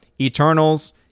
Eternals